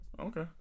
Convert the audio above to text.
Okay